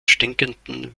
stinkenden